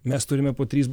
mes turime po trys